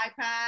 iPad